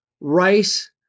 rice